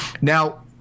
Now